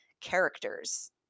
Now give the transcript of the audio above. characters